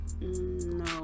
No